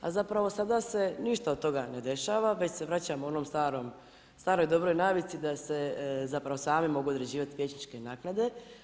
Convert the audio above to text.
A zapravo, sada se ništa od toga ne dešava, već se vraćamo onoj staroj dobroj navici, da se zapravo sami mogu određivati vijećničke naknade.